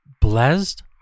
blessed